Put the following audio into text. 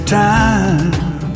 time